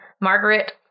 Margaret